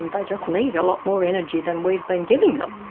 and they just need a lot more energy than we've been giving them.